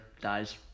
dies